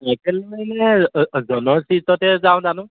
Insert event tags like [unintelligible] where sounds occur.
[unintelligible] যাওঁ জানো